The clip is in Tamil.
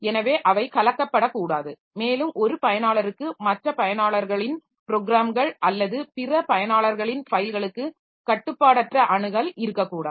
எனவே அவை கலக்கப்படக்கூடாது மேலும் ஒரு பயனாளருக்கு மற்ற பயனாளர்களின் ப்ரோகிராம்கள் அல்லது பிற பயனாளர்களின் ஃபைல்களுக்கு கட்டுப்பாடற்ற அணுகல் இருக்கக்கூடாது